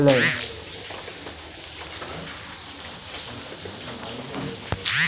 भण्डारक अभावक कारणेँ कृषक के फसिल कम मूल्य पर बिक्री कर पड़लै